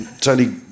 Tony